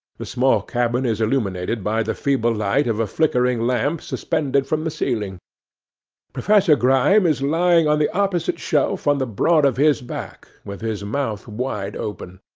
the small cabin is illuminated by the feeble light of a flickering lamp suspended from the ceiling professor grime is lying on the opposite shelf on the broad of his back, with his mouth wide open.